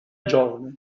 giovane